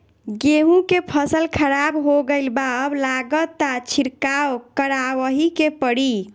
गेंहू के फसल खराब हो गईल बा अब लागता छिड़काव करावही के पड़ी